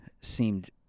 seemed